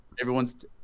Everyone's